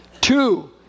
Two